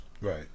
Right